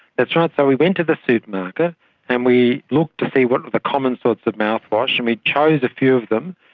that's right. so we went to the supermarket supermarket and we looked to see what are the common sorts of mouthwash, and we chose a few of them,